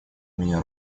меня